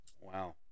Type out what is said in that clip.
Wow